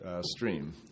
stream